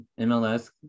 MLS